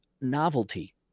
novelty